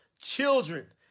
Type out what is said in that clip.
children